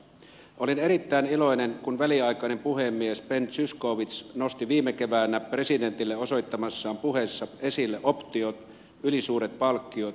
olin erittäin iloinen kun väliaikainen puhemies ben zyskowicz nosti viime keväänä presidentille osoittamassaan puheessa esille optiot ylisuuret palkkiot ja bonukset